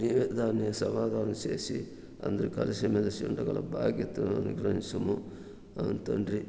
నివే దాన్ని సమాధానం చేసి అందరూ కలిసి మెలిసి ఉండగల భాద్యతను అనుగ్రహించుము అవును తండ్రి